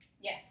Yes